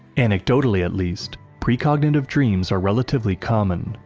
anecdotally, at least, precognitive dreams are relatively common,